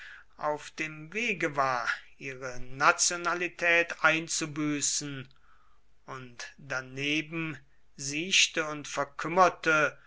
auf dem wege war ihre nationalität einzubüßen und daneben siechte und verkümmerte